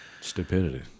Stupidity